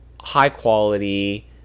high-quality